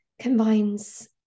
combines